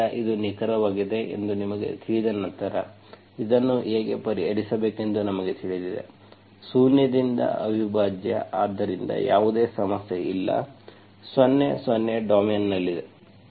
ಆದ್ದರಿಂದ ಇದು ನಿಖರವಾಗಿದೆ ಎಂದು ನಿಮಗೆ ತಿಳಿದ ನಂತರ ಇದನ್ನು ಹೇಗೆ ಪರಿಹರಿಸಬೇಕೆಂದು ನಿಮಗೆ ತಿಳಿದಿದೆ ಶೂನ್ಯದಿಂದ ಅವಿಭಾಜ್ಯ ಆದ್ದರಿಂದ ಯಾವುದೇ ಸಮಸ್ಯೆ ಇಲ್ಲ 0 0 ಡೊಮೇನ್ ನಲ್ಲಿದೆ